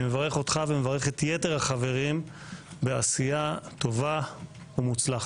אני מברך אותך ומברך את יתר החברים בעשייה טובה ומוצלחת.